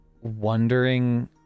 wondering